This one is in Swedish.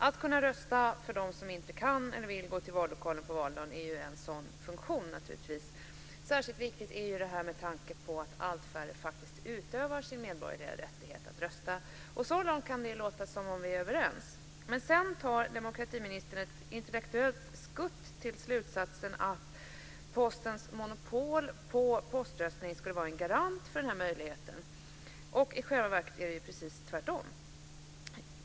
Att kunna rösta för dem som inte kan eller inte vill gå till vallokalen på valdagen är givetvis en sådan funktion. Särskilt viktigt är detta med tanke på att det faktiskt är allt färre som utövar sin medborgerliga rättighet att rösta. Så långt kan det verka som att vi är överens. Men sedan tar demokratiministern ett intellektuellt skutt till slutsatsen att Postens monopol på poströstning är en garant för den här möjligheten. I själva verket är det precis tvärtom.